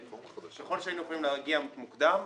ככל שהיינו יכולים להגיע מוקדם,